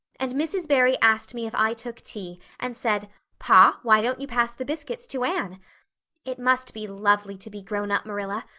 and mrs. barry asked me if i took tea and said pa, why don't you pass the biscuits to anne it must be lovely to be grown up, marilla,